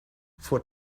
for